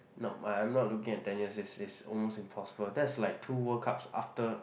nope but I am not looking at ten years it's it's almost impossible that's like two World Cups after